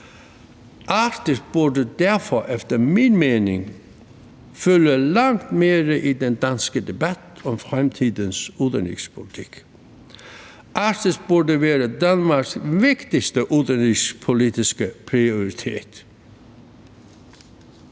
Arktis burde derfor efter min mening fylde langt mere i den danske debat om fremtidens udenrigspolitik. Arktis burde være Danmarks vigtigste udenrigspolitiske prioritet.